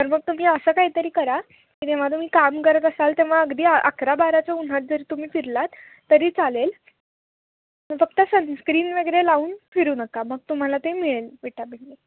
तर मग तुम्ही असं काहीतरी करा की जेव्हा तुम्ही काम करत असाल तेव्हा अगदी अकरा बाराच्या उन्हात जरी तुम्ही फिरलात तरी चालेल मग फक्त सनस्क्रीन वगैरे लावून फिरू नका मग तुम्हाला ते मिळेल विटामिन